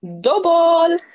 Double